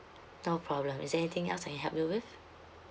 no problem is there anything else I can help you with